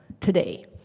today